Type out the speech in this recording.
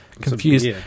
Confused